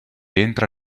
entra